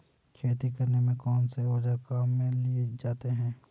खेती करने में कौनसे औज़ार काम में लिए जाते हैं?